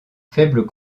faible